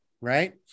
right